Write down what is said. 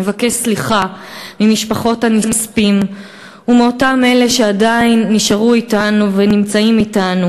נבקש סליחה ממשפחות הנספים ומאותם אלה שעדיין נשארו אתנו ונמצאים אתנו.